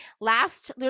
last